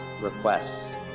requests